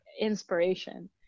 inspiration